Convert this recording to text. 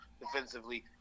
defensively